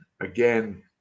again